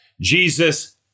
Jesus